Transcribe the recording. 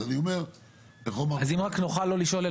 אז אם רק נוכל לא לשאול,